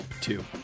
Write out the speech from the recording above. Two